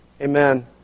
Amen